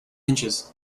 inches